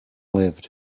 lived